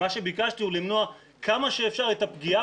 מה שביקשתי הוא למנוע כמה שאפשר את הפגיעה